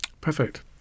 Perfect